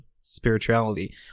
spirituality